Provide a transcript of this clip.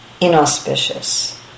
inauspicious